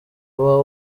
uba